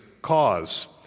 Cause